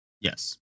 Yes